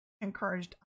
Encouraged